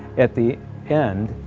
at the end,